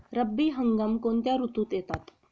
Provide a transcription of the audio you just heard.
रब्बी हंगाम कोणत्या ऋतूत येतात?